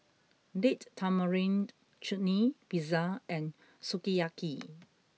Date Tamarind Chutney Pizza and Sukiyaki